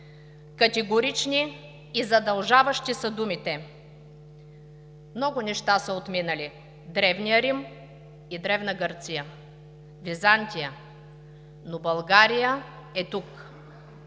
Категорични и задължаващи са думите: „Много неща са отминали, Древният Рим и Древна Гърция, Византия, но България е тук